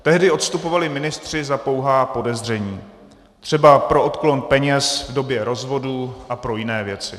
Tehdy odstupovali ministři za pouhá podezření, třeba pro odklon peněz v době rozvodu a pro jiné věci.